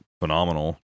phenomenal